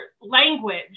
language